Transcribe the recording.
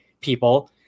people